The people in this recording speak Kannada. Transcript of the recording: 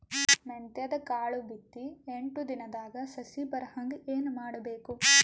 ಮೆಂತ್ಯದ ಕಾಳು ಬಿತ್ತಿ ಎಂಟು ದಿನದಾಗ ಸಸಿ ಬರಹಂಗ ಏನ ಮಾಡಬೇಕು?